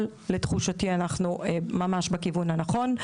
אבל לתחושתי אנחנו ממש בכיוון הנכון.